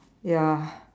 ya